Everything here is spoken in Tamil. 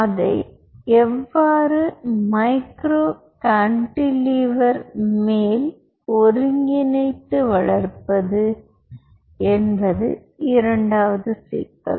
அதை எவ்வாறு மைக்ரோ கேன்டிலேவ்ர் மேல் ஒருங்கிணைத்து வளர்ப்பது என்பது இரண்டாவது சிக்கல்